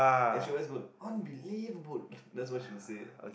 and she always go like unbelievable that's what she will say